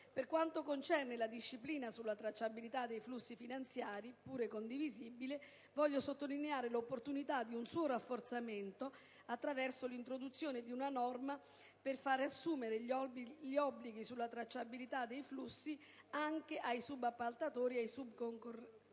Per quanto concerne la disciplina sulla tracciabilità dei flussi finanziari, pure condivisibile, voglio sottolineare l'opportunità di un suo rafforzamento attraverso l'introduzione di una norma per far assumere gli obblighi sulla tracciabilità dei flussi anche ai subappaltatori e ai subcontraenti,